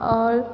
और